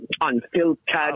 unfiltered